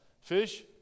Fish